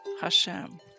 Hashem